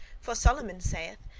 for solomon saith,